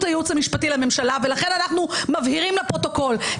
הייעוץ המשפטי לממשלה ולכן אנחנו מבהירים לפרוטוקול,